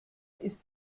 ist